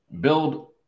Build